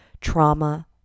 trauma